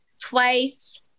twice